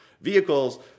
vehicles